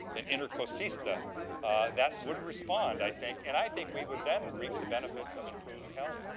an inner cosista that would respond, i think. and i think we would then reap the benefits of improved health,